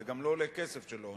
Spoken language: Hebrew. זה גם לא עולה כסף כשלא עונים.